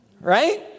Right